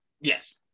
yes